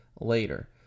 later